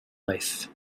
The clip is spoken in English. life